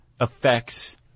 effects